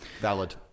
valid